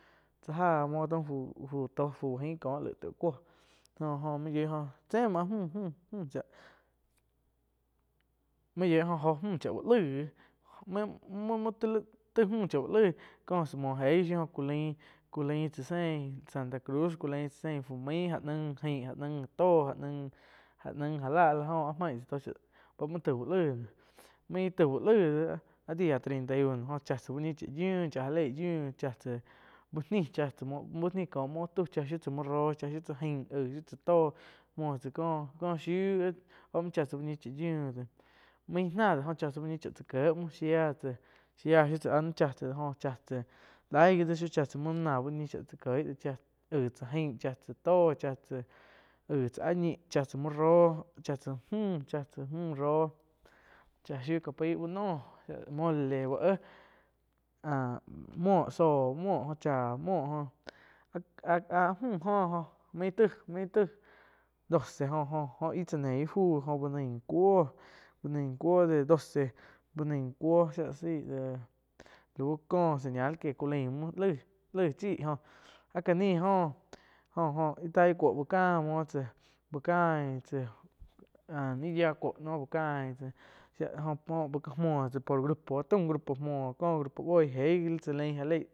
Cha áh muo taum fu-fu uh tóh fu buu ain kóh taig kuoh jo-jo main yoih oh tse muo áh mü, mü cháh, main yóih óh jo müh cháh úh laig má, muoh muoh taig-taig mü cha úh laig có sa muoh eig gi shiu oh culain-culain tsá sein santa cruz culain tsá zein fu main nain ain, nain tóh áh nain já la áh la jó áh main tzá tó cha tai úh laig báh muoh taih uh laig main taih uh laig do áh dia treinta y uno jóh chá tsa uh ñi cha yiuh, chá já leih yiuh, cha tsá úh nih, chá tsáh, úh ni có muo tau, cha shiu tsá müu róh, shiu tsá ain aig tsá tóh muoh tsá có-có shiu báh muo chá tsá uh ñi cha yiu. Main náh de jo cha tsá úh ñi chá tsá kie muo shía, shia shiu tsá áh ni cha tsa, chá tsá laig gii shiu áh nain cha tsá, muoh nain ná uh ñi cha tsá kieh, aig tsá ain cha tsá tó chá tsá aig tsá áh ñih, aig tsá mü roh chá tsá mü cha tsá mü roh, cha shiu ká ái uh noh, mole úh éh, áh muoh, zóh muoh cha muoh jóh. Áh-áh mju oh main taig-main tai doce jó-jó tsá nein íh fu oh úh nain couh, bú nain cuoh de doce, uh nain cuo shia la sai lau kó señal que ku laim muho laih, laig chí jó ká ni oh jó-jó íh tai cuoh uh ca muo tsá bu cain tsá áh ni yia cuo noh úh cain tsá shia jo muo tsá por grupo taum grupo muoh ko grupo boih eig gi li tsa lain jalei.